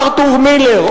ארתור מילר,